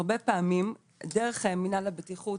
הרבה פעמים דרך מנהל הבטיחות,